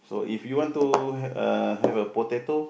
so if you want to uh have a potato